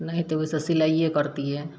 नहि होइ तऽ ओइसँ सिलाइये करतियै